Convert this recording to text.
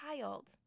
child